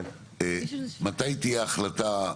מתי תהיה החלטה?